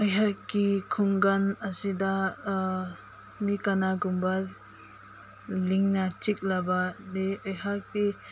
ꯑꯩꯍꯥꯛꯀꯤ ꯈꯨꯡꯒꯪ ꯑꯁꯤꯗ ꯃꯤ ꯀꯅꯥꯒꯨꯝꯕ ꯂꯤꯟꯅ ꯆꯤꯛꯂꯕꯗꯤ ꯑꯩꯍꯥꯛꯀꯤ